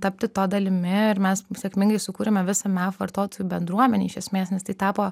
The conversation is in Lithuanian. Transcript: tapti to dalimi ir mes sėkmingai sukūrėme visą mef vartotojų bendruomenę iš esmės nes tai tapo